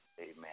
Amen